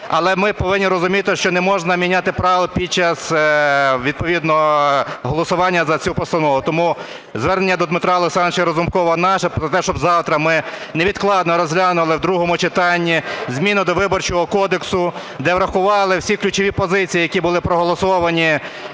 Але ми повинні розуміти, що не можна міняти правила під час відповідно голосування за цю постанову. Тому звернення до Дмитра Олександровича Разумкова наше про те, щоб завтра ми невідкладно розглянули в другому читанні зміни до Виборчого кодексу, де врахували всі ключові позиції, які були проголосовані